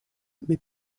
mais